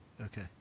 okay